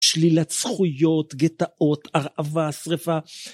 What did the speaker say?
שלילת זכויות, גטאות, הרעבה, שריפה.